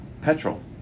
petrol